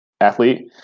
athlete